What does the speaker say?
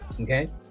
okay